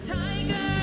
tiger